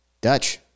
Dutch